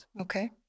Okay